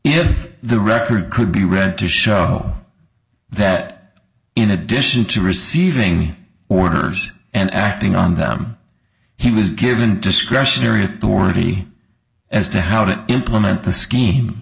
if the record could be read to show that in addition to receiving orders and acting on them he was given discretionary authority as to how to implement the scheme